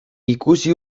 ikusi